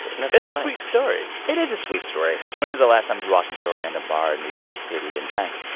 it's a sweet story it is a sweet story when is the last time you walked into a random bar in new york city and sang?